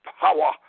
power